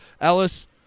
Ellis